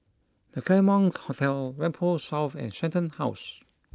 The Claremont Hotel Whampoa South and Shenton House